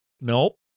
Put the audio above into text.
nope